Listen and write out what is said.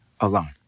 alone